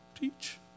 teach